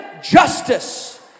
justice